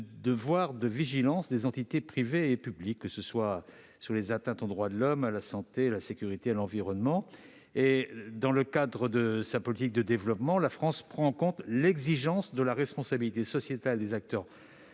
du devoir de vigilance des entités privées et publiques, qu'il s'agisse d'atteintes aux droits de l'homme, à la santé, à la sécurité ou à l'environnement. Dans le cadre de sa politique de développement, la France prend en compte l'exigence de la responsabilité sociétale des acteurs